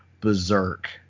berserk